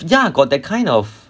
ya got that kind of